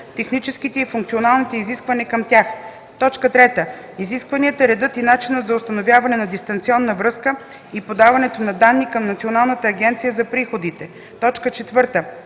техническите и функционалните изисквания към тях; 3. изискванията, редът и начинът за установяване на дистанционна връзка и подаването на данни към Националната агенция за приходите; 4.